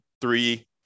three